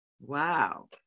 wow